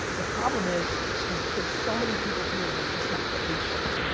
the problem is is there's so many people here that are just not patient,